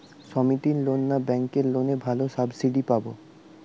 সমিতির লোন না ব্যাঙ্কের লোনে ভালো সাবসিডি পাব?